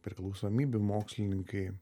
priklausomybių mokslininkai